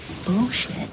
Bullshit